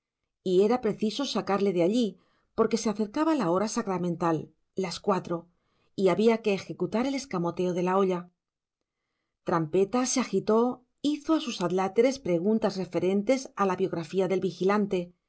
y era preciso sacarle de allí porque se acercaba la hora sacramental las cuatro y había que ejecutar el escamoteo de la olla trampeta se agitó hizo a sus adláteres preguntas referentes a la biografía del vigilante